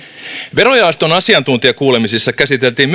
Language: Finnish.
verojaoston asiantuntijakuulemisissa käsiteltiin